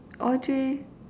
Audrey